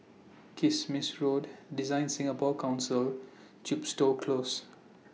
Kismis Road DesignSingapore Council Chepstow Close